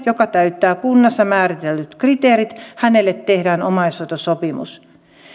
joka täyttää kunnassa määritellyt kriteerit tehdään omaishoitosopimus